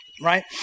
right